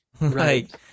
Right